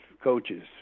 coaches